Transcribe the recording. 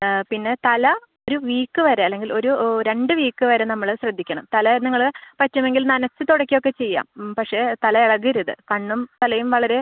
പിന്നെ തല ഒരു വീക്ക് വരെ അല്ലെങ്കിൽ ഒരു രണ്ട് വീക്ക് വരെ നമ്മൾ ശ്രദ്ധിക്കണം തല നിങ്ങൾ പറ്റുമെങ്കിൽ നനച്ച് തുടക്കൊക്കെ ചെയ്യാം പക്ഷേ തല ഇളകരുത് കണ്ണും തലയും വളരെ